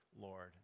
Lord